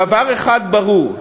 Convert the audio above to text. דבר אחד ברור.